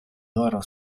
loro